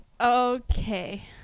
okay